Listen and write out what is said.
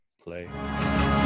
play